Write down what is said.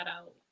out